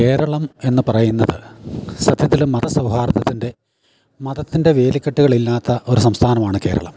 കേരളം എന്ന് പറയുന്നത് സത്യത്തിൽ മത സൗഹാർദത്തിൻ്റെ മതത്തിൻ്റെ വേലിക്കെട്ടുകളില്ലാത്ത ഒരു സംസ്ഥാനമാണ് കേരളം